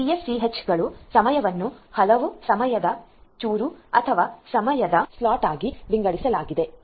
TSCH ಗಳು ಸಮಯವನ್ನು ಹಲವು ಸಮಯದ ಚೂರು ಅಥವಾ ಸಮಯದ ಸ್ಲಾಟ್ ಆಗಿ ವಿಂಗಡಿಸಲಾಗಿದೆ